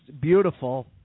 beautiful